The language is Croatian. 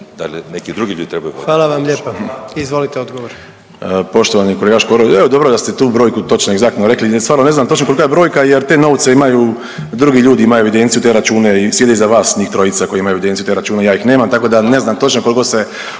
Hvala vam lijepo. Izvolite odgovor.